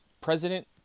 president